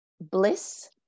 bliss